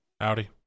Howdy